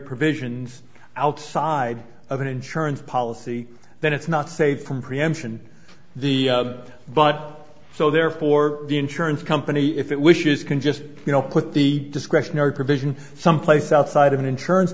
provisions outside of an insurance policy then it's not safe from preemption the but so therefore the insurance company if it wishes can just you know put the discretionary provision someplace outside of an insurance